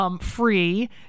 free